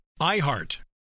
IHEART